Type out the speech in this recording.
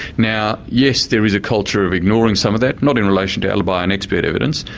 now yes, there is a culture of ignoring some of that, not in relation to alibi and expert evidence,